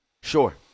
Sure